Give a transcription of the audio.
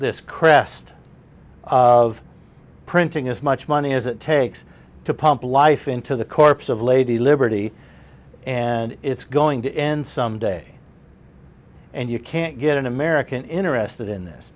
this crest of printing as much money as it takes to pump life into the corpse of lady liberty and it's going to end someday and you can't get an american interested in this